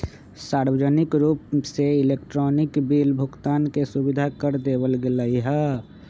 सार्वजनिक रूप से इलेक्ट्रॉनिक बिल भुगतान के सुविधा कर देवल गैले है